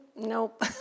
nope